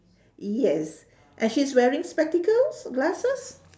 yes and she's wearing spectacles glasses